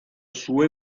sue